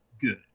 good